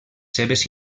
seves